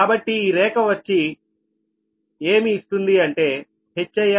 కాబట్టి ఈ రేఖ వచ్చి ఏమి ఇస్తుంది అంటే HiPgi